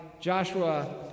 Joshua